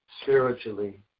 spiritually